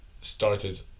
started